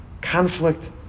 conflict